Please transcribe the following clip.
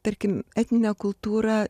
tarkim etninę kultūrą